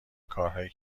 کارهایی